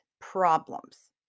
problems